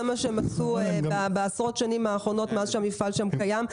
זה מה שהם עשו בעשרות שנים האחרונות מאז שהמפעל שם קיים.